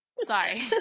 Sorry